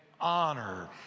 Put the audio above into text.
Honor